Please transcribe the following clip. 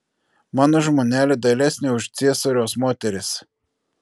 mano žmonelė dailesnė už ciesoriaus moteris